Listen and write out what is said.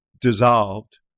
dissolved